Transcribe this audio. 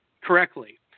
correctly